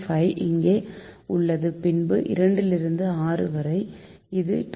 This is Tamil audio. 5 இங்கே உள்ளது பின்பு 2 லிருந்து 6 வரை இது 2